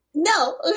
No